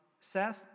Seth